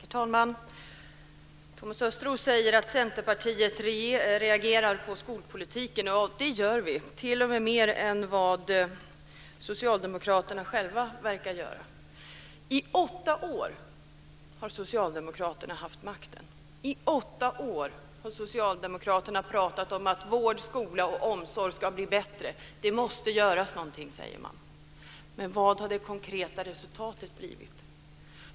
Herr talman! Thomas Östros säger att Centerpartiet reagerar på skolpolitiken. Det gör vi, t.o.m. mer än vad Socialdemokraterna själva verkar göra. I åtta år har Socialdemokraterna haft makten. I åtta år har Socialdemokraterna pratat om att vård, skola och omsorg ska bli bättre. Det måste göras någonting, säger man. Men vad har det konkreta resultatet blivit?